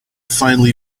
finally